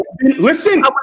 listen